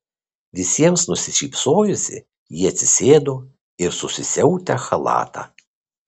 visiems nusišypsojusi ji atsisėdo ir susisiautę chalatą